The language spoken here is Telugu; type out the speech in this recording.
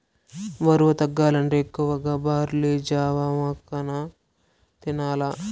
బరువు తగ్గాలంటే ఎక్కువగా బార్లీ జావ, మకాన తినాల్ల